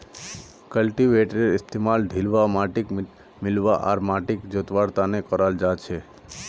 कल्टीवेटरेर इस्तमाल ढिलवा माटिक मिलव्वा आर माटिक जोतवार त न कराल जा छेक